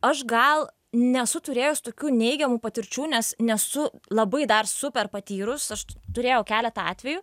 aš gal nesu turėjus tokių neigiamų patirčių nes nesu labai dar super patyrus aš tu turėjau keletą atvejų